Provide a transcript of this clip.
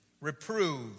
Reprove